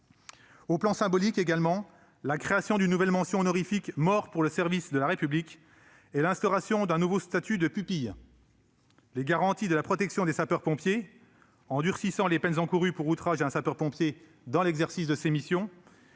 mesures symboliques, telles que la création d'une nouvelle mention honorifique « mort pour le service de la République » et l'instauration d'un nouveau statut de pupille, ainsi que les garanties apportées en matière de protection des sapeurs-pompiers : durcissement des peines encourues pour outrage à un sapeur-pompier dans l'exercice de sa mission,